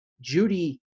Judy